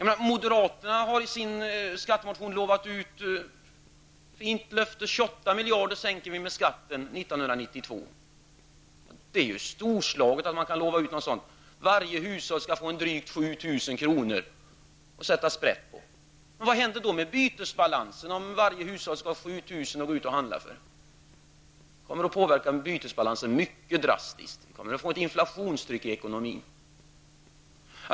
Moderaterna har i sin skattemotion utlovat en sänkning av skatten med 28 miljarder kronor år 1992. Det är ju storslaget att kunna lova någonting sådant. Varje hushåll skall få drygt 7 000 kr. att sätta sprätt på. Vad händer med bytesbalansen om varje hushåll skall få 7 000 kr. att handla för? Bytesbalansen kommer att påverkas mycket drastiskt. Det kommer att bli ett inflationstryck i ekonomin.